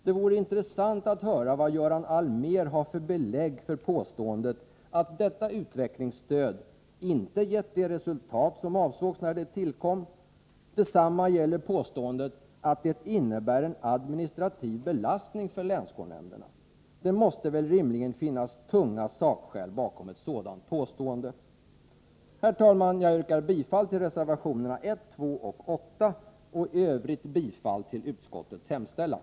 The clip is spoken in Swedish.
Det vore intressant att höra vad Göran Allmér har för belägg för påståendet att detta utvecklingsstöd ”inte gett de resultat som avsågs när det tillkom”. Detsamma gäller påståendet att det innebär ”en administrativ belastning för länsskolnämnderna”. Det måste väl rimligen finnas tunga sakskäl bakom ett sådant påstående. Herr talman! Jag yrkar bifall till reservationerna 1, 2 och 8 och i övrigt bifall till utskottets hemställan.